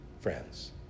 friends